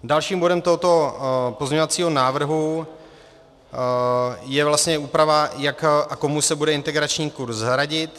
Dalším bodem tohoto pozměňovacího návrhu je vlastně úprava, jak a komu se bude integrační kurz hradit.